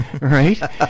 right